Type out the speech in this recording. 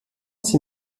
sie